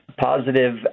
Positive